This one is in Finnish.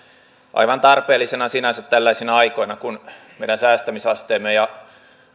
aivan tarpeellisena sinänsä tällaisina aikoina kun meidän säästämisasteemme ja